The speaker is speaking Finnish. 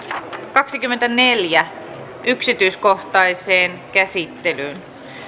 kahteenkymmeneenneljään yksityiskohtaiseen käsittelyyn